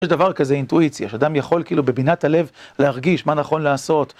יש דבר כזה אינטואיציה, שאדם יכול, כאילו, בבינת הלב, להרגיש מה נכון לעשות.